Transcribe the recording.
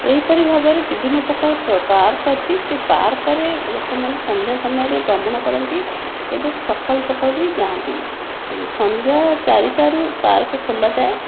ଏହିପରି ଭାବରେ ବିଭିନ୍ନ ପ୍ରକାର ପାର୍କ ଅଛି ସେଇ ପାର୍କରେ ଲୋକମାନେ ସନ୍ଧ୍ୟା ସମୟରେ ଭ୍ରମଣ କରନ୍ତି ଏବଂ ସକାଳୁ ସକାଳୁ ବି ଯାଆନ୍ତି ସନ୍ଧ୍ୟା ଚାରିଟାରୁ ପାର୍କ ଖୋଲାଯାଏ